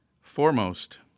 Foremost